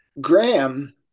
Graham